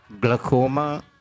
glaucoma